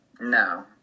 No